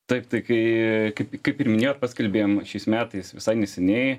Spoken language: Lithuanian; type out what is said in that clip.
taip tai kai kaip kaip ir minėjot paskelbėm šiais metais visai neseniai